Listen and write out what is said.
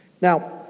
Now